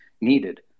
needed